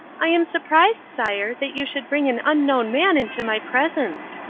i am surprised, sire, that you should bring an unknown man into my presence.